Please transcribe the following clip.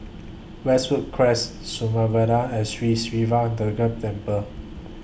Westwood Cress Samudera and Sri Siva Durga Temple